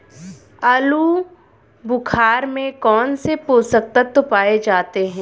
आलूबुखारा में कौन से पोषक तत्व पाए जाते हैं?